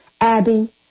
Abby